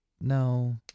No